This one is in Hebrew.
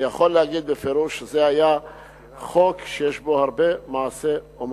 אני יכול להגיד בפירוש שזה היה חוק שיש בו הרבה מעשה אמנות.